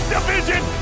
Division